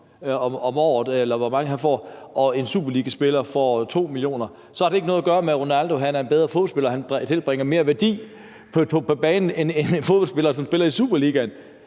om året, eller hvor mange penge han får, og en superligaspiller får 2 millioner, så har det ikke noget at gøre med, at Ronaldo er en bedre fodboldspiller, der skaber mere værdi på banen end en fodboldspiller, som spiller i Superligaen?